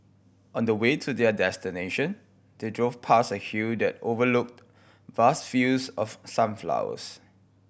on the way to their destination they drove past a hill that overlooked vast fields of sunflowers